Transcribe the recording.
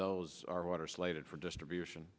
those are water slated for distribution